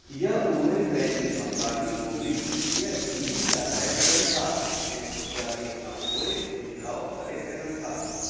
या उहे पंहिंजी मकानी ॿोली या हिंदी ॻाल्हाए सघनि था ऐं पुजारीअ खां पोइ दुहिराउ करे सघनि था